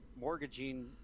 mortgaging